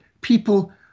people